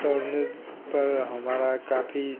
दौड़ने पर हमारा काफ़ी